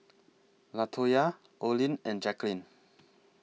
Latoyia Olin and Jacklyn